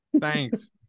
Thanks